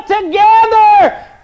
together